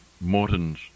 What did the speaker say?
Morton's